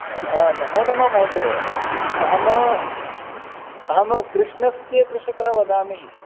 हा नमो नमः महोदय अहम् अहम् कृष्णस्य कृषकः वदामि